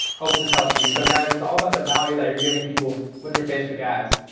hope this helps you. so guys it's all about the value that you're giving people with your facebook ads.